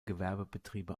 gewerbebetriebe